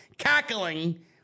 cackling